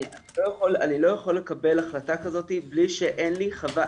אני לא יכול לקבל החלטה כזו בלי שקיבלתי